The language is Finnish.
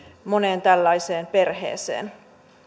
moneen tällaiseen perheeseen